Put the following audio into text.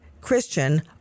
Christian